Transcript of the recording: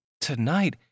tonight